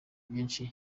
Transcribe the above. byinshi